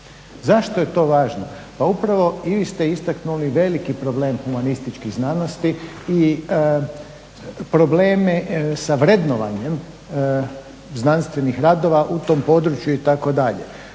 Zašto je to važno? Pa upravo i vi ste istaknuli veliki problem humanističkih znanosti i probleme sa vrednovanjem znanstvenih radova u tom području, itd.